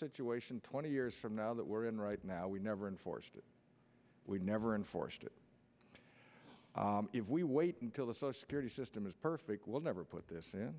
situation twenty years from now that we're in right now we never enforced it we never enforced it if we wait until the social security system is perfect will never put this in